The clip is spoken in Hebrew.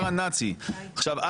למשטר הנאצי, מירב בן ארי.